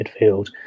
midfield